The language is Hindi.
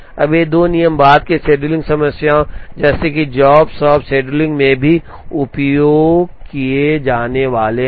अब ये 2 नियम बाद की शेड्यूलिंग समस्याओं जैसे कि जॉब शॉप शेड्यूलिंग में भी उपयोग किए जाने वाले हैं